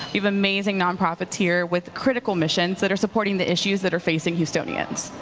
have amazing nonprofits here with critical missions that are supporting the issues that are facing houstonians.